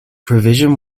provision